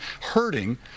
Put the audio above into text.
hurting